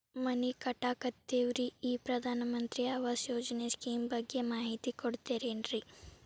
ಮನಿ ಕಟ್ಟಕತೇವಿ ರಿ ಈ ಪ್ರಧಾನ ಮಂತ್ರಿ ಆವಾಸ್ ಯೋಜನೆ ಸ್ಕೇಮ್ ಬಗ್ಗೆ ಮಾಹಿತಿ ಕೊಡ್ತೇರೆನ್ರಿ?